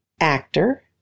actor